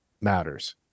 matters